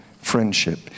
friendship